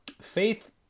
Faith